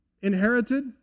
inherited